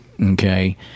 okay